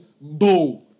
Bo